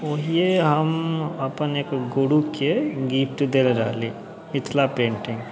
ओहिए हम अपन एक गुरुके गिफ्ट देले रहली मिथिला पेन्टिङ्ग